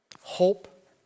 hope